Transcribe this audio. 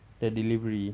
the delivery